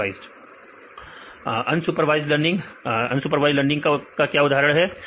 supervised unsupervised learning supervised learning का क्या उदाहरण है